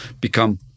become